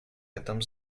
этом